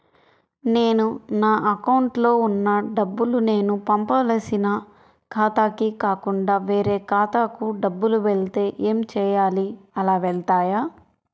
నేను నా అకౌంట్లో వున్న డబ్బులు నేను పంపవలసిన ఖాతాకి కాకుండా వేరే ఖాతాకు డబ్బులు వెళ్తే ఏంచేయాలి? అలా వెళ్తాయా?